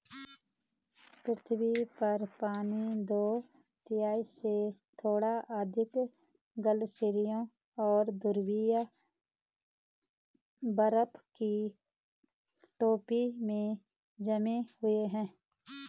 पृथ्वी पर पानी दो तिहाई से थोड़ा अधिक ग्लेशियरों और ध्रुवीय बर्फ की टोपी में जमे हुए है